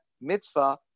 mitzvah